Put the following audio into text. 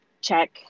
check